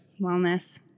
wellness